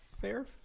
fair